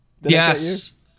Yes